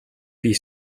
бие